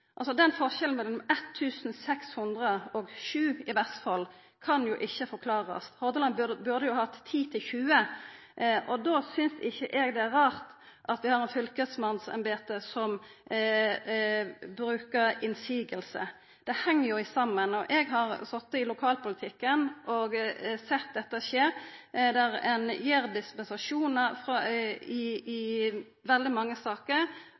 Forskjellen mellom 1 600 og 7, i Vestfold, kan jo ikkje forklarast. Hordaland burde jo hatt 10–20. Då synest ikkje eg det er rart at vi har eit fylkesmannsembete som brukar motsegn. Det heng i saman. Eg har sete i lokalpolitikken og sett at dette skjer. Ein gir dispensasjonar i veldig mange saker.